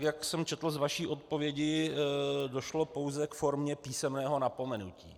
Jak jsem četl z vaší odpovědi, došlo pouze k formě písemného napomenutí.